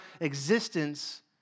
existence